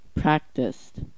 Practiced